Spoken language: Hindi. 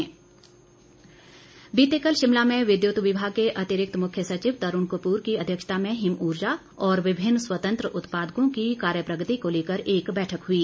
बैठक बीते कल शिमला में विद्युत विभाग के अतिरिक्त मुख्य सचिव तरुण कपूर की अध्यक्षता में हिम ऊर्जा और विमिन्न स्वतंत्र उत्पादकों की कार्यप्रगति को लेकर एक बैठक हुई